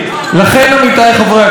עמיתיי חברי הכנסת,